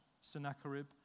Sennacherib